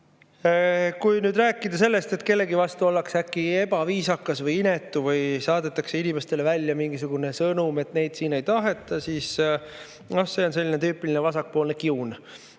nüüd rääkida sellest, et kellegi vastu ollakse äkki ebaviisakas või inetu või saadetakse inimestele välja mingisugune sõnum, et neid siin ei taheta, siis see on selline tüüpiline vasakpoolne kiun.